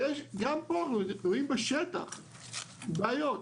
גם פה אנחנו רואים בשטח בעיות.